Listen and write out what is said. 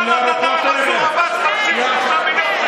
אתה נתת למנסור עבאס 53 מיליארד שקל.